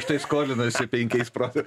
štai skolinausi penkiais profilio